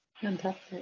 Fantastic